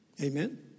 Amen